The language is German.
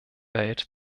welt